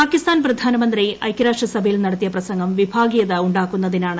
പാകിസ്ഥാൻ പ്രധാനമന്ത്രി ഐകൃരാഷ്ട്ര സഭയിൽ നടത്തിയ പ്രസംഗം വിഭാഗീയത ഉണ്ടാക്കുന്നതിനാണ്